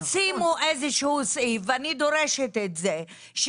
שימו איזשהו סעיף ואני דורשת את זה,